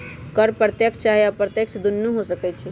कर प्रत्यक्ष चाहे अप्रत्यक्ष दुन्नो हो सकइ छइ